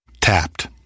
Tapped